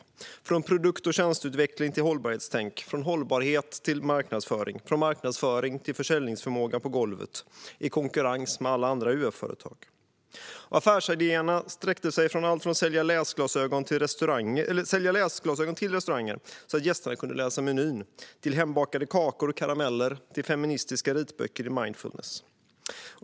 Det var från produkt och tjänsteutveckling till hållbarhetstänk, från hållbarhet till marknadsföring, från marknadsföring till försäljningsförmåga på golvet - i konkurrens med alla andra UF-företag. Affärsidéerna sträckte sig från att sälja läsglasögon till restauranger så att gästerna kunde läsa menyn till hembakade kakor och karameller eller till feministiska vitböcker i mindfulness.